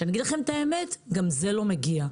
אגיד לכם את האמת, גם זה לא מגיע.